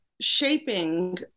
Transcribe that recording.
Shaping